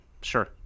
sure